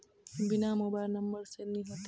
बिना mobile number से नहीं होते?